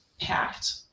packed